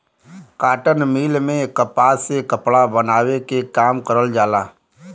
cotton mill में कपास से कपड़ा बनावे के काम करल जाला